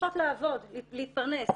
צריכות לעבוד, להתפרנס,